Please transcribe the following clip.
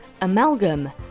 Amalgam